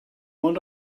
ond